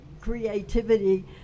creativity